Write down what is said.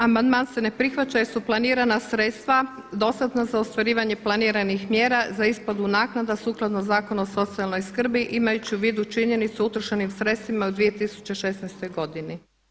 Amandman se ne prihvaća jer su planirana sredstva dostatna za ostvarivanje planiranih mjera za isplatu naknada sukladno Zakonu o socijalnoj skrbi, imajući u vidu činjenicu o utrošenim sredstvima u 2016. godini.